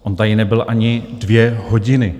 On tady nebyl ani dvě hodiny.